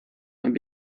and